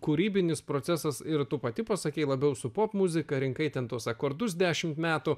kūrybinis procesas ir tu pati pasakei labiau su popmuzika rinkai ten tuos akordus dešimt metų